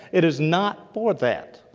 it is not for that.